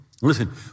Listen